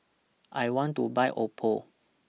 I want to Buy Oppo